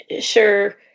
sure